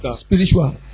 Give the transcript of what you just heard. Spiritual